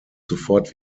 sofort